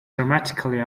dramatically